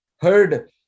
heard